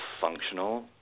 functional